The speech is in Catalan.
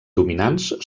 dominants